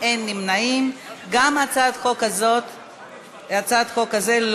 להסיר מסדר-היום את הצעת חוק עסקאות גופים ציבוריים (תיקון,